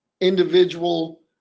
individual